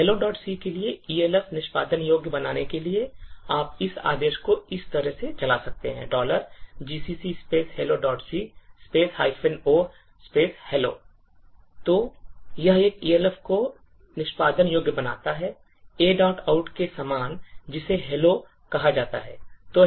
Helloc के लिए Elf निष्पादन योग्य बनाने के लिए आप इस आदेश को इस तरह से चला सकते हैं gcc helloc o hello तो यह एक Elf को निष्पादन योग्य बनाता है aout के समान जिसे hello कहा जाता है